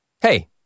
Hey